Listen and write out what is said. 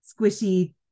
squishy